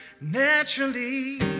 naturally